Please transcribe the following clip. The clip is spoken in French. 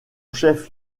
chef